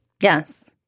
Yes